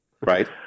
right